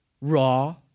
raw